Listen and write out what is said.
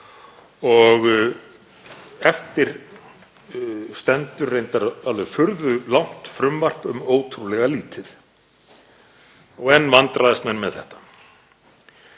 út. Eftir stendur reyndar alveg furðu langt frumvarp um ótrúlega lítið og enn vandræðast menn með þetta.